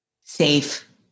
Safe